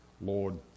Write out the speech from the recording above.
Lord